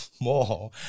more